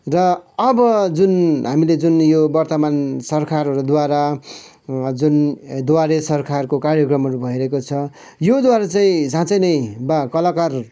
र अब जुन हामीले जुन यो वर्तमान सरकारहरूद्वारा जुन द्वारे सरकारको कार्यक्रमहरू भइरहेको छ योद्वारा चाहिँ साँच्चै नै बा कलाकारहरू